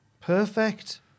Perfect